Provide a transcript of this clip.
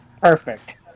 Perfect